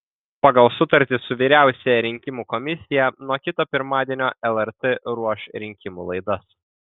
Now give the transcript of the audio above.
pagal sutartį su vyriausiąja rinkimų komisija nuo kito pirmadienio lrt ruoš rinkimų laidas